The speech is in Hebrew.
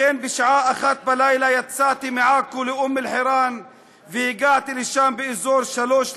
לכן בשעה 01:00 יצאתי מעכו לאום-אלחיראן והגעתי לשם באזור 03:00,